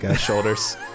shoulders